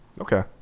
Okay